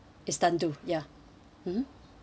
istanbul ya mmhmm